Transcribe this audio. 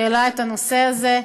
שהעלה את הנושא הזה.